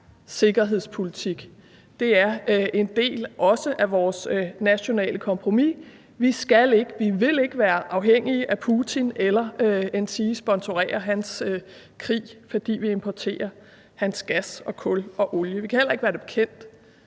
sikkerhedspolitik, og det er også en del af vores nationale kompromis. Vi skal ikke og vil ikke være afhængige af Putin, endsige sponsorere hans krig, fordi vi importerer hans gas, kul og olie. Vi kan heller ikke være det bekendt,